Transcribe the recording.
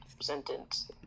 sentence